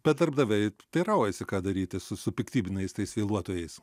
bet darbdaviai teiraujasi ką daryti su su piktybiniais tais vėluotojais